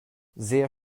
sehr